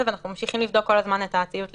ואנחנו ממשיכים לבדוק כל הזמן את הציות לבידוד,